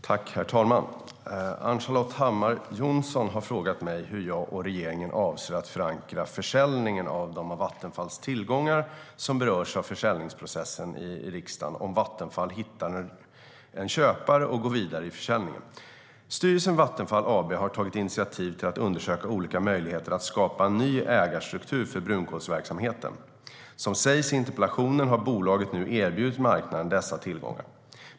Herr talman! Ann-Charlotte Hammar Johnsson har frågat mig hur jag och regeringen avser att i riksdagen förankra försäljningen av de av Vattenfalls tillgångar som berörs av försäljningsprocessen, om Vattenfall hittar en köpare och går vidare i försäljningen. Styrelsen för Vattenfall AB har tagit initiativ till att undersöka olika möjligheter att skapa en ny ägarstruktur för brunkolsverksamheten. Som sägs i interpellationen har bolaget nu erbjudit marknaden dessa tillgångar.